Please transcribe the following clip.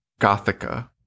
Gothica